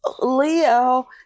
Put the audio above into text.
Leo